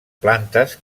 plantes